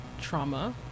trauma